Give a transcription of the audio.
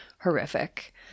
horrific